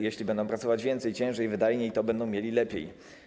Jeśli będą pracować więcej, ciężej i wydajniej, to będą mieli lepiej.